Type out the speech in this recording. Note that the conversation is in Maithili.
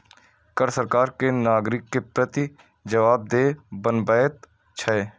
कर सरकार कें नागरिक के प्रति जवाबदेह बनबैत छै